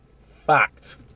Fact